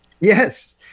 yes